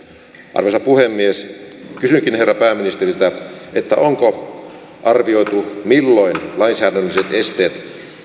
arvoisa puhemies kysynkin herra pääministeriltä onko arvioitu milloin lainsäädännölliset esteet